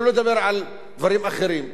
שלא לדבר על דברים אחרים.